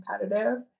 competitive